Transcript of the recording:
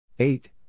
Eight